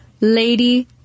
lady